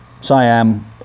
Siam